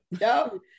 No